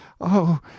Oh